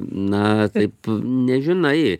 na taip nežinai